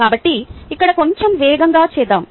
కాబట్టి ఇక్కడ కొంచెం వేగంగా చేద్దాం